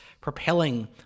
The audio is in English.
propelling